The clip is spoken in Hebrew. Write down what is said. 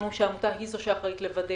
שהעמותה הזאת היא זו שאחראית לוודא